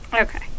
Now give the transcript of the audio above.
Okay